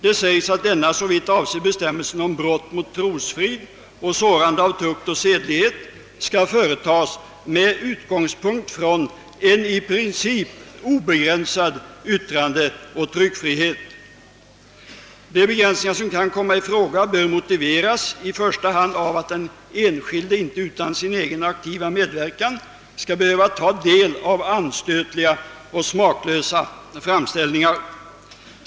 Det anförs att denna såvitt avser bestämmelsen om brott mot trosfrid och sårande av tukt och sedlighet skall företas med utgångspunkt från en i princip obegränsad yttrandeoch tryckfrihet. De begränsningar som kan komma i fråga bör motiveras i första hand av att den enskilde inte utan sin egen aktiva medverkan skall behöva ta del av anstötliga och smaklösa framställningar.